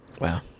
Wow